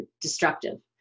destructive